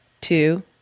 two